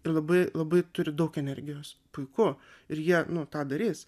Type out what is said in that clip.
ir labai labai turi daug energijos puiku ir jie nu tą darys